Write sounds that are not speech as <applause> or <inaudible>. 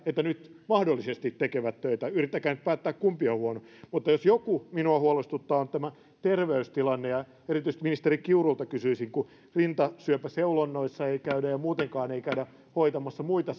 <unintelligible> että he nyt mahdollisesti tekevät töitä yrittäkää nyt päättää kumpi on huono jos joku minua huolestuttaa niin tämä terveystilanne ja erityisesti ministeri kiurulta kysyisin kun rintasyöpäseulonnoissa ei käydä ja muutenkaan ei käydä hoitamassa muita <unintelligible>